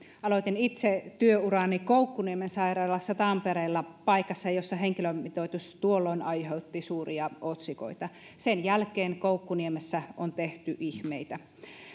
aloitin itse työurani koukkuniemen sairaalassa tampereella paikassa jossa henkilömitoitus tuolloin aiheutti suuria otsikoita sen jälkeen koukkuniemessä on tehty ihmeitä